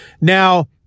Now